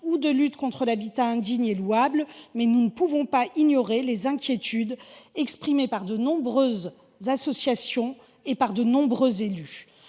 ou de lutte contre l’habitat indigne, mais nous ne pouvons pas ignorer les inquiétudes exprimées par de nombreuses associations comme par de nombreux élus.